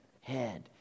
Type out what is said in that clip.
head